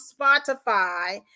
Spotify